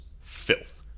filth